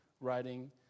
writing